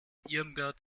irmgard